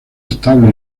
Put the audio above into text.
estable